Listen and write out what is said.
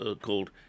called